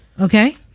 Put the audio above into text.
Okay